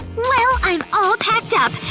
well, i'm all packed up.